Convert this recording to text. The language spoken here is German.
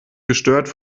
gestört